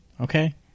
Okay